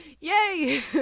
Yay